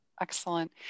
Excellent